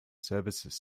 services